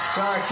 Sorry